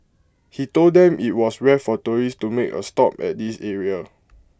he told them IT was rare for tourists to make A stop at this area